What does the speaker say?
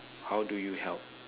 how do you help